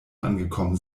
angekommen